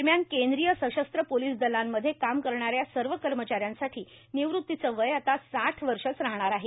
दरम्यान केंद्रीय सशस्त्र पोलीस दलांमध्ये काम करणाऱ्या सर्व कर्मचाऱ्यांसाठी निवृत्तीचं वय आता साठ वर्षच राहणार आहे